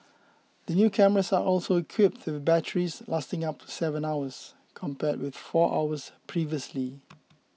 the new cameras are also equipped the batteries lasting up seven hours compared with four hours previously